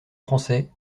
français